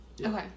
Okay